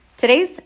Today's